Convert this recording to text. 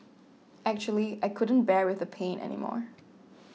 actually I couldn't bear with the pain anymore